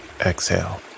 exhale